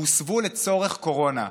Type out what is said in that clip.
שהוסבו לצורך קורונה.